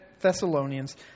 Thessalonians